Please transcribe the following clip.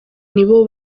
nibo